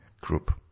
group